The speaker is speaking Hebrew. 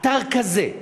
אתר כזה,